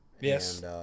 yes